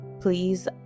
Please